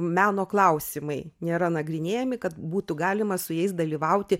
meno klausimai nėra nagrinėjami kad būtų galima su jais dalyvauti